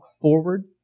forward